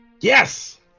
Yes